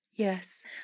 Yes